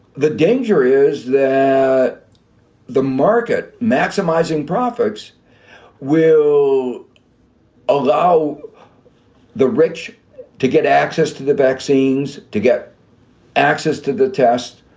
the danger is that the market maximizing profits will allow the rich to get access to the vaccines to get access to the test.